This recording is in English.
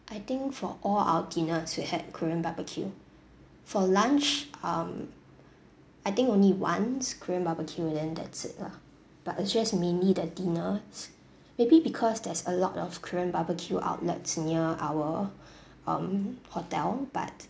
I think for all our dinners we had korean barbecue for lunch um I think only once korean barbecue and then that's it lah but it's just mainly the dinners maybe because there's a lot of korean barbecue outlets near our um hotel but